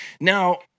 now